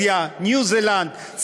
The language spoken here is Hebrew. תכף אני אסביר לכם.